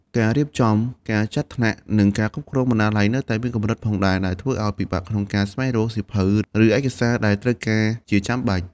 ការរៀបចំ ការចាត់ថ្នាក់ និងការគ្រប់គ្រងបណ្ណាល័យក៏នៅមានកម្រិតផងដែរ ដែលធ្វើឱ្យពិបាកក្នុងការស្វែងរកសៀវភៅ ឬឯកសារដែលត្រូវការជាចាំបាច់។